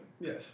Yes